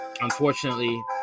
Unfortunately